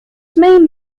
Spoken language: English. main